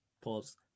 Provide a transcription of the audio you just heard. Pause